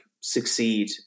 succeed